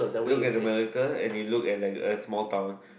look at America and you look at like a small town